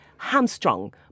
Hamstrung